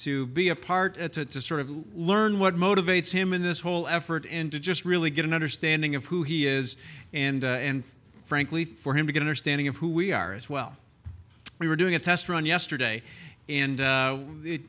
to be a part it's a sort of learn what motivates him in this whole effort into just really get an understanding of who he is and frankly for him to get understanding of who we are as well we were doing a test run yesterday and